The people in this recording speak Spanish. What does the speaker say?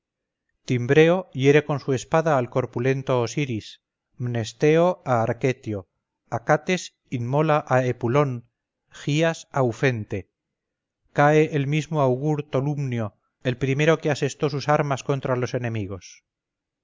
timbreo hiere con su espada al corpulento osiris mnesteo a arquetio acates inmola a epulón gías a ufente cae el mismo augur tolumnio el primero que asestó sus armas contra los enemigos